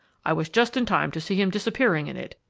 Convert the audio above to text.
i was just in time to see him disappearing in it,